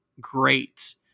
great